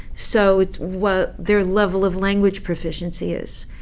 so it's what their level of language proficiency is.